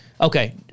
Okay